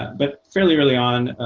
but fairly early on,